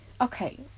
okay